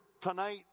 tonight